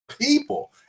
people